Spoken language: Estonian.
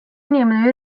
inimene